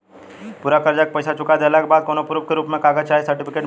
पूरा कर्जा के पईसा चुका देहला के बाद कौनो प्रूफ के रूप में कागज चाहे सर्टिफिकेट मिली?